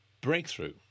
breakthrough